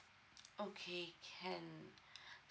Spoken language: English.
okay can